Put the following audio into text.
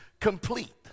complete